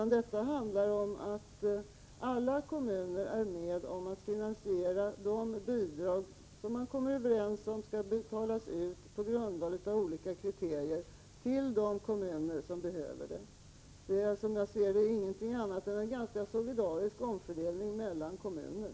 Det handlar om att alla kommuner är med om att finansiera de bidrag som man enligt olika kriterier kommer överens om att betala ut till de kommuner som behöver bidrag. Detta är, som jag ser det, ingenting annat än en ganska solidarisk omfördelning mellan kommuner.